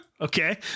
Okay